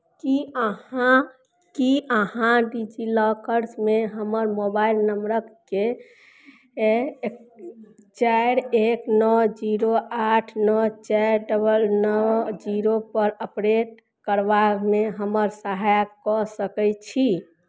की अहाँ की अहाँ डीजीलौकर्समे हमर मोबाइल नंबरकके ए एक चारि एक नओ जीरो आठ नओ चारि डबल नओ जीरो पर अपडेट करबामे हमर सहायक कऽ सकैत छी